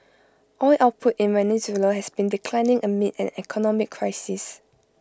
oil output in Venezuela has been declining amid an economic crisis